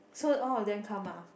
so all of them come ah